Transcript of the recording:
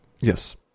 Yes